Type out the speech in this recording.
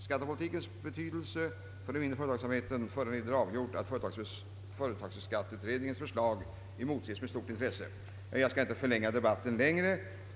Skattepolitikens betydelse för den mindre företagsamheten föranleder avgiort, att företagsskatteutredningens förslag emotses med stort intresse.» Jag skall inte förlänga debatten mera.